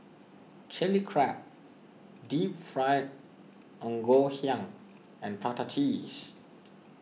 Chilli Crab Deep Fried Ngoh Hiang and Prata Cheese